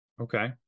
Okay